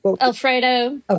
Alfredo